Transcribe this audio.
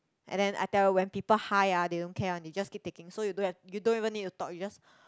and then I tell you when people high ah they don't care one they just keep taking so you don't you don't even need to talk you just